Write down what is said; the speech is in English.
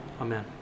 Amen